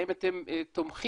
האם אתם תומכים?